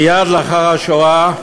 מייד לאחר השואה,